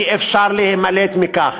אי-אפשר להימלט מכך.